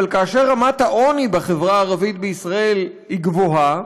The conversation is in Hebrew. אבל כאשר רמת העוני בחברה הערבית בישראל גבוהה,